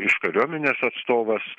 iš kariuomenės atstovas